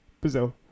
Brazil